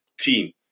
team